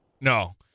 No